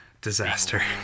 disaster